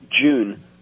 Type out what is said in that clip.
June